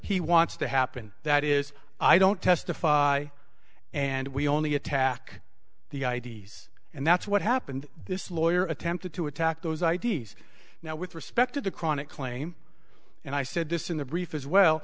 he wants to happen that is i don't testify and we only attack the i d s and that's what happened this lawyer attempted to attack those i d s now with respect to the chronic claim and i said this in the brief as well